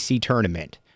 tournament